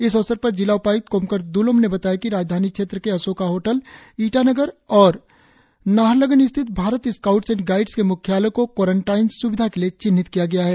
इस अवसर पर जिला उपाय्क्त कोमकर द्लोम ने बताया कि राजधानी क्षेत्र के अशोका होटल ईटानगर और नाहरलग्न स्थित भारत स्काउट्स एण्ड गाइड्स के म्ख्यालय को कोरनटाइन स्विधा के लिए चिन्हित किया गया है